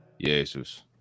Jesus